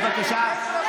בבקשה לשבת.